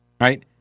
right